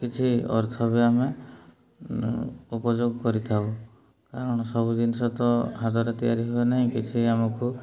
କିଛି ଅର୍ଥ ବି ଆମେ ଉପଯୋଗ କରିଥାଉ କାରଣ ସବୁ ଜିନିଷ ତ ହାତରେ ତିଆରି ହୁଏ ନାହିଁ କିଛି ଆମକୁ